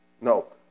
No